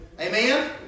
Amen